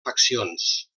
faccions